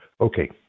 Okay